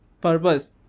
purpose